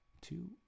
two